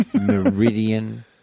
meridian